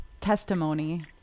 testimony